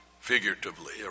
figuratively